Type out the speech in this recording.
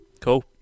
Cool